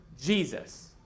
Jesus